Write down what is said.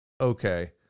okay